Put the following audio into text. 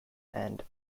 and